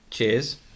Cheers